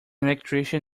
electrician